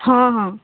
ହଁ ହଁ